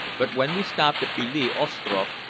but when we stopped at bele-ostrof,